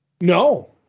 No